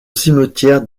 cimetière